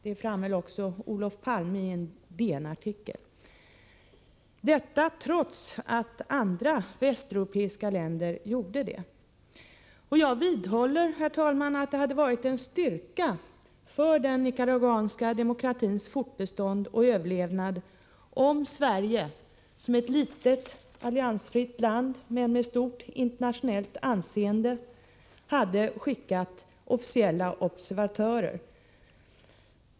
Det framhöll även Olof Palme i en DN-artikel. Detta trots att andra västeuropeiska länder skickat observatörer. Jag vidhåller, herr talman, att det hade varit en styrka för den nicaraguanska demokratins fortbestånd och överlevnad, om Sverige såsom ett litet alliansfritt land men med ett stort internationellt anseende hade skickat officiella observatörer.